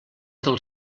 del